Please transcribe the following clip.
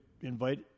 invite